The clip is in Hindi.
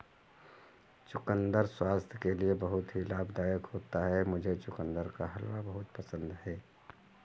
चुकंदर स्वास्थ्य के लिए बहुत ही लाभदायक होता है मुझे चुकंदर का हलवा बहुत पसंद है